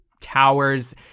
towers